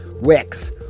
Wix